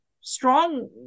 Strong